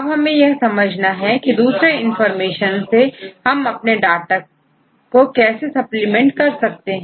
अब हमें यह समझना है कि दूसरे इंफॉर्मेशन से हम अपने डाटा को कैसे सप्लीमेंट कर सकते हैं